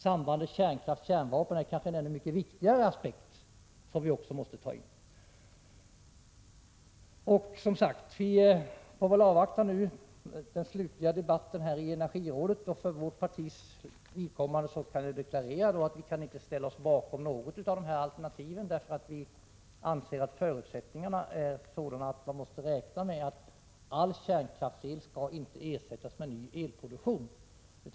Sambandet kärnkraft-kärnvapen är kanske en mycket viktigare aspekt, som vi också måste ta in i bilden. Vi får väl nu avvakta den slutliga debatten i energirådet. För vårt partis vidkommande kan jag förklara att vi inte kan ställa oss bakom något av alternativen, eftersom vi anser att förutsättningarna är sådana att man måste räkna med att all kärnkraftsel inte skall ersättas med ny elproduktion.